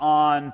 on